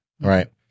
Right